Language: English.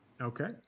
Okay